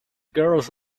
girls